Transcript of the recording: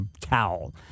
towel